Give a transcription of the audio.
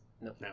No